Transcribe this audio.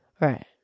right